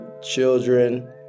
children